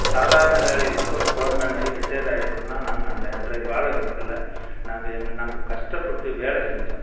சாதாரண வேலையில் இருந்து ஒரு போர்மேன் ஆகி ரிட்டேட் ஆகிருக்கேன்னா நாங்கள் அன்ன அன்றைய காலகட்டத்தில் நாங்கள் எங்கள் நாங்கள் கஷ்டப்பட்டு வேலை செஞ்சோம்